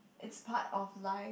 it's part of life